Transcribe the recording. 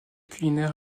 culinaire